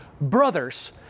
brothers